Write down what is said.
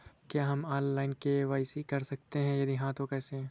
क्या हम online KYC कर सकते हैं यदि हाँ तो कैसे?